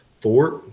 fort